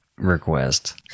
request